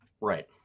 Right